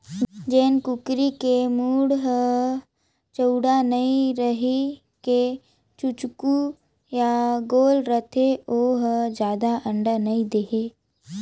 जेन कुकरी के मूढ़ हर चउड़ा नइ रहि के चोचकू य गोल रथे ओ हर जादा अंडा नइ दे